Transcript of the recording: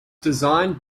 designed